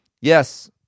Yes